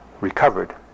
recovered